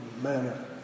manner